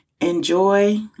Enjoy